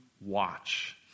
watch